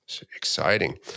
Exciting